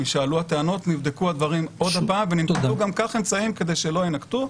משעלו הטענות נבדקו הדברים עוד פעם וננקטו גם כך אמצעים כדי שלא יינקטו.